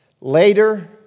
Later